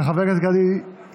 של חבר הכנסת גדי יברקן.